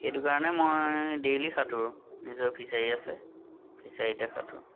সেইটো কাৰণে মই ডেইলি সাঁতোৰোঁ নিজৰ ফিচাৰী আছে ফিচাৰীতে সাঁতোৰোঁ